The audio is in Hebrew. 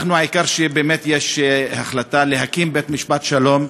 העיקר שבאמת יש החלטה להקים בית-משפט שלום,